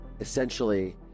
essentially